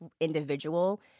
individual